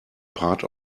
part